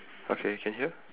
okay can hear